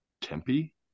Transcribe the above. Tempe